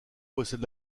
possède